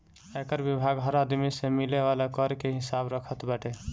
आयकर विभाग हर आदमी से मिले वाला कर के हिसाब रखत बाटे